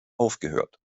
aufgehört